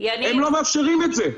הם לא מאפשרים את זה.